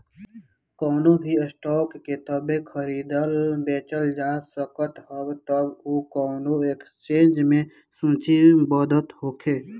कवनो भी स्टॉक के तबे खरीदल बेचल जा सकत ह जब उ कवनो एक्सचेंज में सूचीबद्ध होखे